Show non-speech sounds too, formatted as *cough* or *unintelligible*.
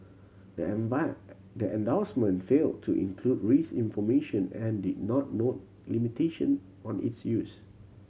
the *unintelligible* the endorsement failed to include risk information and did not note limitation on its use